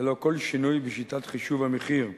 ללא כל שינוי בשיטת חישוב המחיר.